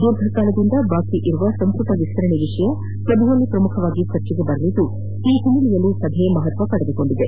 ದೀರ್ಘ ಕಾಲದಿಂದ ಬಾಕಿ ಇರುವ ಸಂಪುಟ ವಿಸ್ತರಣೆ ವಿಷಯ ಸಭೆಯಲ್ಲಿ ಪ್ರಮುಖವಾಗಿ ಚರ್ಚೆಗೆ ಬರಲಿದ್ದು ಈ ಹಿನ್ನೆಲೆಯಲ್ಲಿ ಸಭೆ ಮಹತ್ವ ಪಡೆದುಕೊಂಡಿದೆ